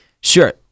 Sure